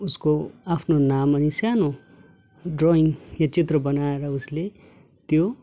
उसको आफ्नो नाम अनि सानो ड्रयिङ या चित्र बनाएर उसले त्यो